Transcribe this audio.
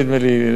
נדמה לי,